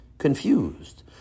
confused